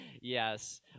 Yes